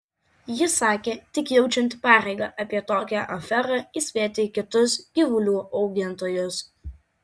ji sakė tik jaučianti pareigą apie tokią aferą įspėti kitus gyvulių augintojus